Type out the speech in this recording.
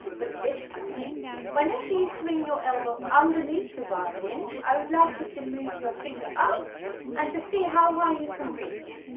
but this time whenever you swing your elbow underneath the violin i would like you to move your finger up and to see how high you can reach,